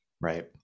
Right